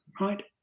right